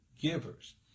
givers